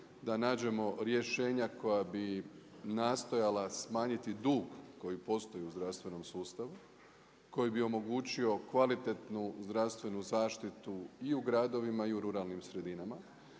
da nađemo rješenja koja bi nastojala smanjiti dug koji postoji u zdravstvenom sustavu, koji bi omogućio kvalitetnu zdravstvenu zaštitu u i gradovima i u ruralnim sredinama,